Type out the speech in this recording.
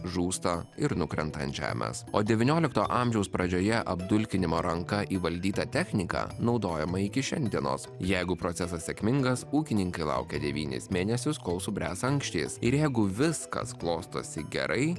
žūsta ir nukrenta ant žemės o devyniolikto amžiaus pradžioje apdulkinimo ranka įvaldyta technika naudojama iki šiandienos jeigu procesas sėkmingas ūkininkai laukia devynis mėnesius kol subręs ankštys ir jeigu viskas klostosi gerai